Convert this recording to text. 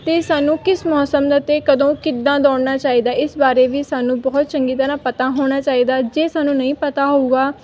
ਅਤੇ ਸਾਨੂੰ ਕਿਸ ਮੌਸਮ ਦਾ ਅਤੇ ਕਦੋਂ ਕਿੱਦਾਂ ਦੌੜਨਾ ਚਾਹੀਦਾ ਇਸ ਬਾਰੇ ਵੀ ਸਾਨੂੰ ਬਹੁਤ ਚੰਗੀ ਤਰ੍ਹਾਂ ਪਤਾ ਹੋਣਾ ਚਾਹੀਦਾ ਜੇ ਸਾਨੂੰ ਨਹੀਂ ਪਤਾ ਹੋਊਗਾ